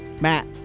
Matt